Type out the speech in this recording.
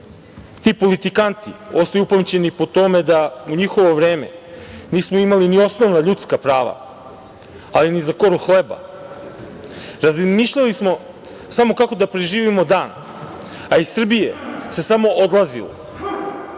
ti politikanti ostaju upamćeni po tome da u njihovo vreme nismo imali ni osnovna ljudska prava, ali ni za koru hleba. Razmišljali smo samo kako da preživimo dan, a iz Srbije se samo odlazilo,